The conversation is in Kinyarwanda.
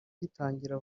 gitangira